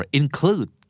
include